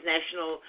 National